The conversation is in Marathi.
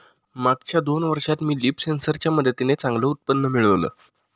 मागच्या दोन वर्षात मी लीफ सेन्सर च्या मदतीने चांगलं उत्पन्न मिळवलं